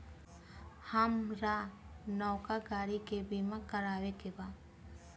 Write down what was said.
हामरा नवका गाड़ी के बीमा करावे के बा